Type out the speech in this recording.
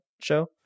show